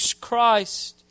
Christ